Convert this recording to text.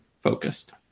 focused